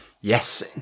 Yes